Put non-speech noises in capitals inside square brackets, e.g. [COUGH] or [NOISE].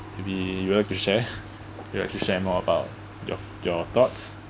maybe you like to share [BREATH] you like to share more about your your thoughts